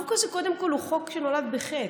החוק הזה הוא קודם כול חוק שנולד בחטא.